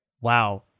wow